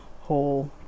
whole